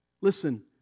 Listen